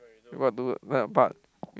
what do where but